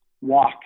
walk